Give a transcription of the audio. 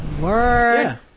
Word